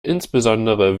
insbesondere